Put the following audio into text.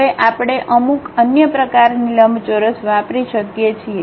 હવે આપણે અમુક અન્ય પ્રકારની લંબચોરસ વાપરી શકીએ છીએ